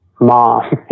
mom